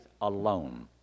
alone